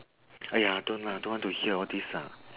!aiya! don't lah don't want to hear all these lah